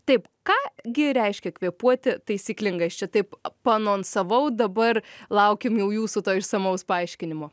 taip ką gi reiškia kvėpuoti taisyklingai aš čia taip paanonsavau dabar laukim jūsų to išsamaus paaiškinimo